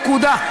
נקודה.